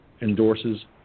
endorses